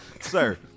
sir